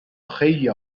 خیلی